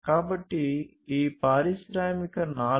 కాబట్టి ఈ పారిశ్రామిక 4